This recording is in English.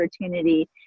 opportunity